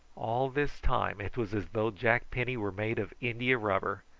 all this time it was as though jack penny were made of india-rubber,